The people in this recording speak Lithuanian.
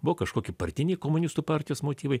buvo kažkoki partiniai komunistų partijos motyvai